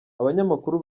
abanyamakuru